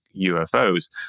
UFOs